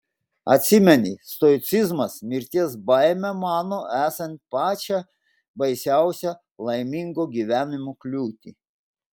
atsimeni stoicizmas mirties baimę mano esant pačią baisiausią laimingo gyvenimo kliūtį